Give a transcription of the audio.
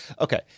Okay